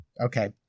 Okay